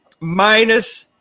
minus